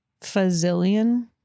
Fazillion